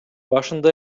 башында